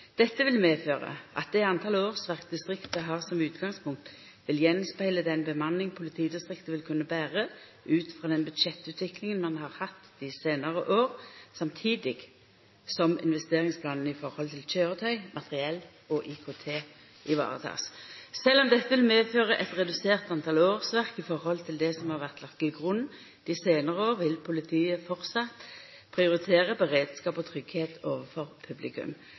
Dette vil medføre at det antall årsverk distriktet har som utgangspunkt vil gjenspeile den bemanning politidistriktet vil kunne bære ut fra den budsjettutviklingen man har hatt de senere år, samtidig som investeringsplanene i forhold til kjøretøy, materiell og IKT ivaretas. Selv om dette vil medføre et redusert antall årsverk i forhold til det som har vært lagt til grunn de senere år, vil politidistriktet fortsatt prioritere beredskap og trygghet overfor publikum.»